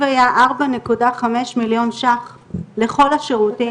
היה ארבע נקודה חמש מיליון ₪ לכל השירותים